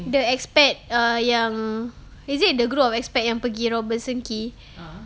the expat yang is it the group of expat pergi robertson quay